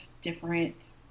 different